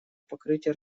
покрытия